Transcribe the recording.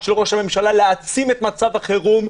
של ראש הממשלה להעצים את מצב החירום,